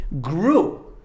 grew